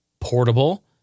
portable